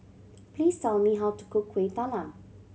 please tell me how to cook Kuih Talam